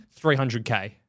300K